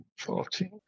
14